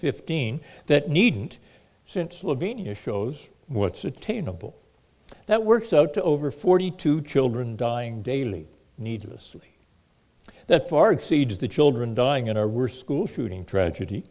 fifteen that needn't since lavinia shows what's attainable that works out to over forty two children dying daily needless that far exceeds the children dying in our worst school shooting tragedy